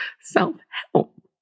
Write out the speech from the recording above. Self-help